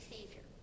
Savior